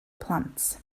plant